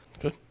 Good